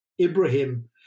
Ibrahim